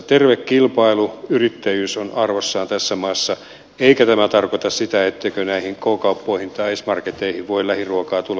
terve kilpailu yrittäjyys ovat arvossaan tässä maassa eikä tämä tarkoita sitä et teikö näihin k kauppoihin tai s marketteihin voi lähiruokaa tulla